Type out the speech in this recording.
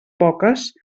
poques